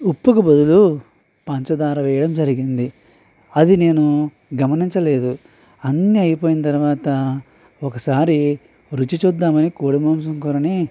ఉప్పుకి బదులు పంచదార వేయడం జరిగింది అది నేను గమనించలేదు అన్నీ అయిపోయిన తర్వాత ఒక సారి రుచి చూద్దాం అని కోడి మాంసం కూరని